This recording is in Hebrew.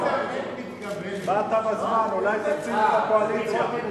באת בזמן, אולי תציל את הקואליציה.